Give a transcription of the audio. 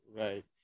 Right